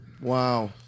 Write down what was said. Wow